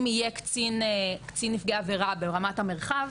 אם יהיה קצין נפגעי עבירה ברמת המרחב,